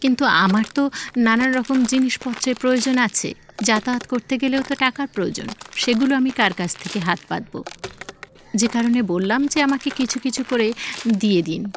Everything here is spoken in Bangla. কিন্তু আমার তো নানান রকম জিনিসপত্রের প্রয়োজন আছে যাতায়াত করতে গেলেও তো টাকার প্রয়োজন সেগুলো আমি কার কাছ থেকে হাত পাতবো যে কারণে বললাম যে আমাকে কিছু কিছু করে দিয়ে দিন